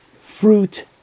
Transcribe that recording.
fruit